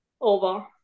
over